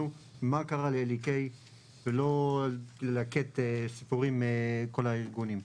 מה קרה לאלי קיי ולא ללקט סיפורים מכל הארגונים.